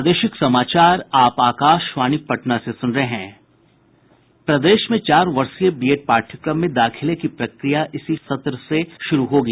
प्रदेश में चार वर्षीय बीएड पाठ्यक्रम में दाखिले की प्रक्रिया इसी सत्र से शुरू होगी